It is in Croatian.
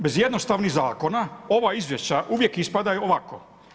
Bez jednostavnih zakona ova izvješća uvijek ispadaju ovako.